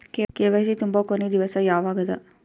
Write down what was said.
KYC ತುಂಬೊ ಕೊನಿ ದಿವಸ ಯಾವಗದ?